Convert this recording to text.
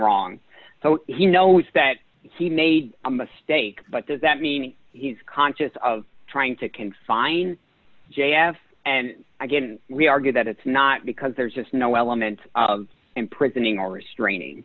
wrong so he knows that he made a mistake but does that mean he's conscious of trying to confine j f k and again we argue that it's not because there's just no element of imprisoning or restraining